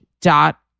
dot